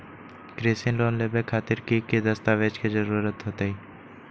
कृषि लोन लेबे खातिर की की दस्तावेज के जरूरत होतई?